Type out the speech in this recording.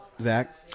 zach